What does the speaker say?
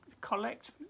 collect